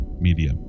media